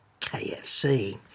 kfc